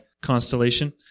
constellation